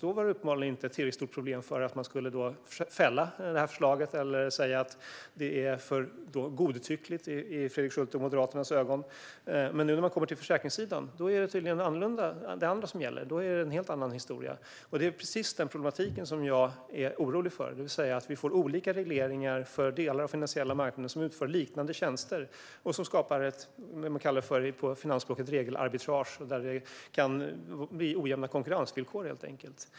Då var det uppenbarligen inte ett tillräckligt stort problem för att man skulle fälla förslaget eller säga att det är för godtyckligt i Fredrik Schultes och Moderaternas ögon. Men nu, när man kommer till försäkringssidan, är det tydligen annorlunda. Då är det en helt annan historia. Det är precis den problematiken som jag är orolig för, det vill säga att vi får olika regleringar för delar av de finansiella marknaderna som utför liknande tjänster och skapar vad man på finansspråk kallar för ett regelarbitrage. Det kan bli ojämna konkurrensvillkor, helt enkelt.